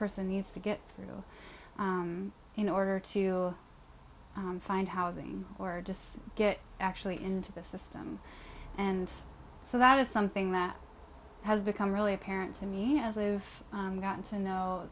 person needs to get through in order to find housing or disks get actually into the system and so that is something that has become really apparent to me as live gotten to know